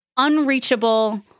unreachable